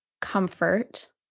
comfort